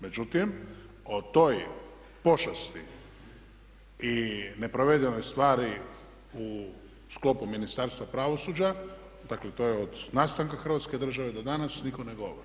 Međutim, o toj počasti i ne provedenoj stvari u sklopu Ministarstva pravosuđa, to je od nastanaka Hrvatske države do danas nitko ne govori.